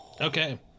Okay